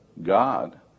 god